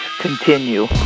continue